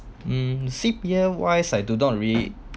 hmm C_P_F wise I do not read